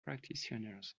practitioners